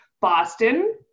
boston